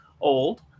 old